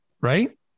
right